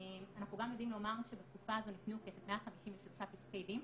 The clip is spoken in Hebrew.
אנחנו גם יודעים לומר שבתקופה הזאת ניתנו 153 פסקי דין.